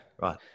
right